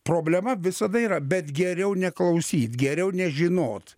problema visada yra bet geriau neklausyt geriau nežinot